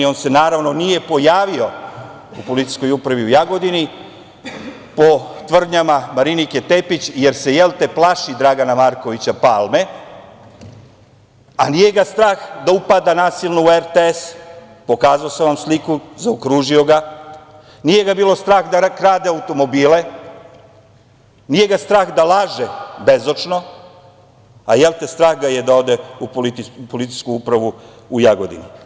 On se naravno nije pojavio u policijskoj upravi u Jagodini, po tvrdnjama Marinike Tepić, jer se, jel, te, plaši Dragana Markovića Palme, a nije ga strah da upada nasilno u RTS, pokazao sam vam sliku, zaokružio sam ga, nije ga bilo strah da krade automobile, nije ga strah da laže bezočno, a jel, te, strah ga je da ode u policijsku upravu u Jagodini?